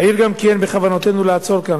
אעיר גם כי אין בכוונתנו לעצור כאן,